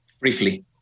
Briefly